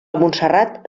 montserrat